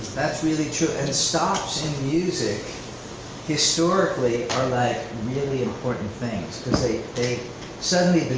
that's really true. and stops in music historically are like really important things, cause they they suddenly,